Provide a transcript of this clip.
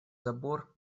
забор